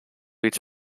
its